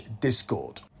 discord